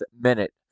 minute